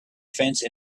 fence